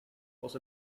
was